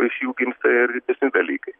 iš jų gimsta ir didesni dalykai